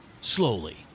slowly